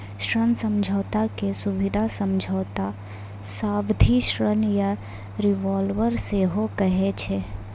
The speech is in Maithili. ऋण समझौता के सुबिधा समझौता, सावधि ऋण या रिवॉल्बर सेहो कहै छै